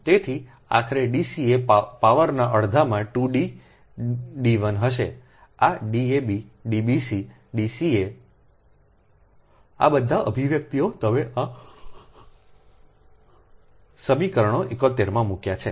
તેથી આખરે Dca પાવરના અડધા માં 2D d1 હશે આ Dab Dbc Dca આ બધા અભિવ્યક્તિઓ તમે આ સમીકરણો 71 માં મૂક્યા છે